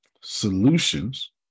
solutions